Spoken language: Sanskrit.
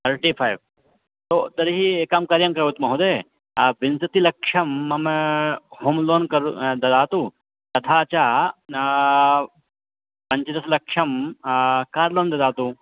तर्टि फ़ै ओ तर्हि एकं कार्यं करोतु महोदय विंशतिलक्षं मम हों लोन् कर् ददातु तथा च पञ्चदशलक्षं कार् लोन् ददातु